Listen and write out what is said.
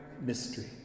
mystery